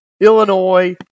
Illinois